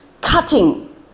Cutting